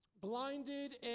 blinded